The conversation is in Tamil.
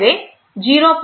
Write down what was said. எனவே இது 0